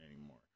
anymore